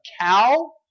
cow